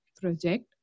Project